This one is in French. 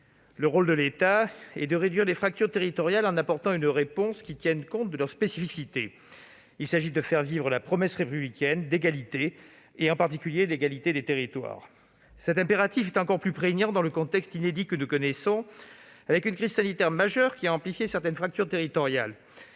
Le rôle de l'État est de réduire les fractures territoriales en apportant une réponse qui tienne compte de leurs spécificités. Il s'agit de faire vivre la promesse républicaine d'égalité, en particulier d'égalité des territoires. Cet impératif est encore plus prégnant dans le contexte inédit que nous connaissons, marqué par une crise sanitaire majeure qui amplifie certaines fractures territoriales.